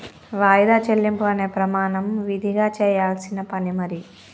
వాయిదా చెల్లింపు అనే ప్రమాణం విదిగా చెయ్యాల్సిన పని మరి